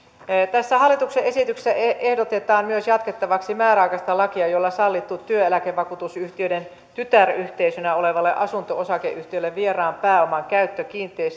tässä hallituksen esityksessä ehdotetaan myös jatkettavaksi määräaikaista lakia jolla on sallittu työeläkevakuutusyhtiöiden tytäryhteisöinä oleville asunto osakeyhtiöille vieraan pääoman käyttö